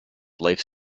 life